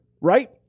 Right